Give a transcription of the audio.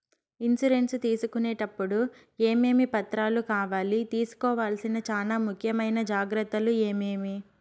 Insurance తీసుకునేటప్పుడు టప్పుడు ఏమేమి పత్రాలు కావాలి? తీసుకోవాల్సిన చానా ముఖ్యమైన జాగ్రత్తలు ఏమేమి?